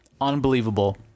unbelievable